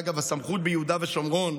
אגב, הסמכות ביהודה ושומרון,